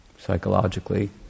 psychologically